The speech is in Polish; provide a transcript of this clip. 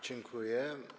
Dziękuję.